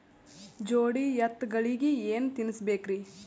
ಜೋಡಿ ಎತ್ತಗಳಿಗಿ ಏನ ತಿನಸಬೇಕ್ರಿ?